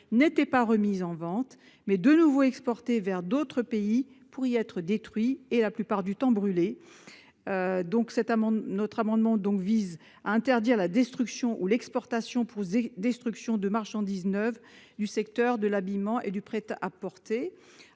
n'étaient pas remis en vente, mais exportés pour être détruits et la plupart du temps brûlés. Notre amendement vise donc à interdire la destruction ou l'exportation pour destruction des marchandises neuves du secteur de l'habillement et du prêt-à-porter.